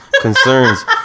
concerns